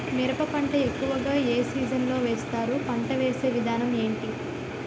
మిరప పంట ఎక్కువుగా ఏ సీజన్ లో వేస్తారు? పంట వేసే విధానం ఎంటి?